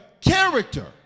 character